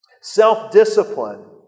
Self-discipline